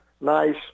nice –